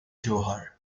zohar